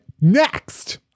next